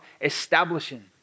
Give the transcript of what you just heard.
establishing